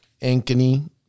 Ankeny